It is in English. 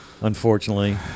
unfortunately